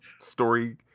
story